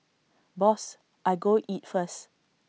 boss I go eat first